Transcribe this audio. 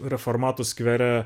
reformatų skvere